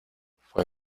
fue